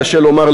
קשה לומר,